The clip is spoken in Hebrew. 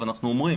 אבל אנחנו אומרים